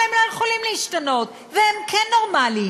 אבל הם לא יכולים להשתנות והם כן נורמליים,